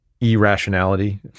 irrationality